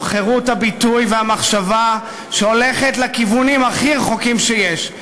זו חירות הביטוי והמחשבה שהולכת לכיוונים הכי רחוקים שיש.